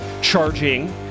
charging